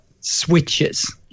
switches